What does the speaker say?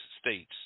States